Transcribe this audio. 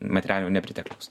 materialinio nepritekliaus